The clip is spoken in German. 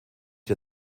der